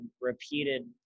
repeated